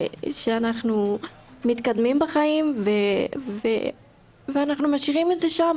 שאנחנו מתקדמים בחיים ואנחנו משאירים את זה שם,